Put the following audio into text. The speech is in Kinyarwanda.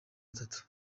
atatu